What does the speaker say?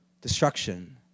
destruction